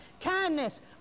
kindness